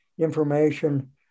information